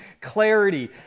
clarity